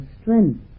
strength